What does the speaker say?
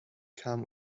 kam